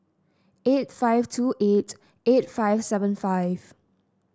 eight five two eight eight five seven five